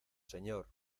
señor